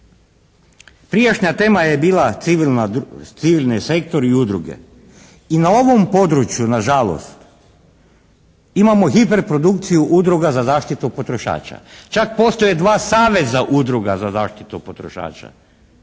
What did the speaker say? Prijašnja tema je bila civilna, civilni sektori i udruge. I na ovom području nažalost imamo hiperprodukciju udruga za zaštitu potrošača. Čak postoje dva saveza udruga za zaštitu potrošača.